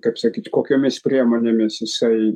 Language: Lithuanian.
kaip sakyt kokiomis priemonėmis jisai